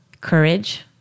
Courage